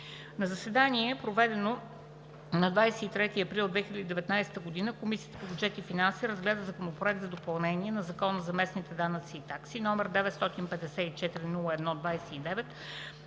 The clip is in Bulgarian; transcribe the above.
На заседание, проведено на 23 април 2019 г., Комисията по бюджет и финанси разгледа Законопроект за допълнение на Закона за местните данъци и такси, № 954-01-29,